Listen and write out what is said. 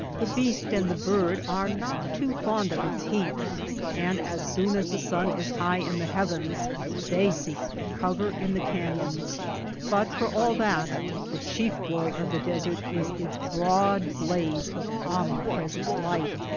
the beast and the bird are not too fond of its heat and as soon as the sun is high in the heavens they seek cover in the canyons but for all that the chief glory of the desert is its broad blaze of omnipresent light.